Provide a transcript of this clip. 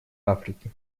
африки